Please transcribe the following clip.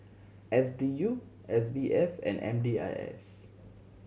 S D U S B F and M D I S